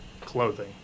clothing